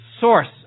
source